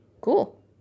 Cool